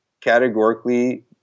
categorically